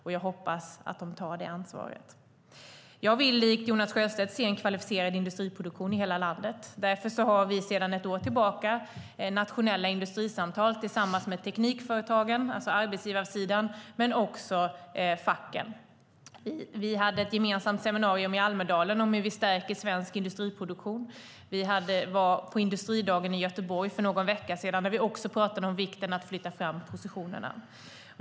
Jag hoppas att de tar det ansvaret. Jag vill likt Jonas Sjöstedt se en kvalificerad industriproduktion i hela landet. Därför har vi sedan ett år tillbaka nationella industrisamtal tillsammans med teknikföretagen, alltså arbetsgivarsidan, och facken. Vi hade ett gemensamt seminarium i Almedalen om hur vi stärker svensk industriproduktion. Vi var på Industridagen i Göteborg för någon vecka sedan, där vi pratade om vikten av att flytta fram positionerna.